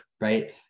Right